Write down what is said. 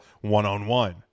one-on-one